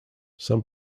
some